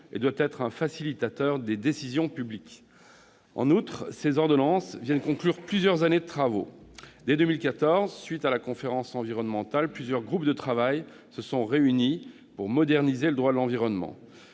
et doit être un facilitateur des décisions publiques. En outre, ces ordonnances viennent conclure plusieurs années de travaux : dès 2014, à la suite de la conférence environnementale, plusieurs groupes de travail se sont réunis pour moderniser le droit de l'environnement.